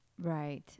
Right